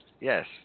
Yes